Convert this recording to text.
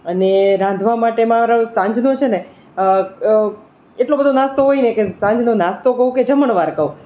અને રાંધવા માટે મારો સાંજનો છે ને એટલો બધો નાસ્તો હોયને કે સાંજનો નાસ્તો કહું કે જમણવાર કહું